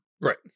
Right